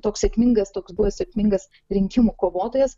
toks sėkmingas toks buvo sėkmingas rinkimų kovotojas